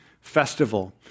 festival